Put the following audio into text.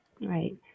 Right